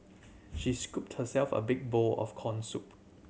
she scooped herself a big bowl of corn soup